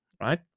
right